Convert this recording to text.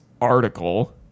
article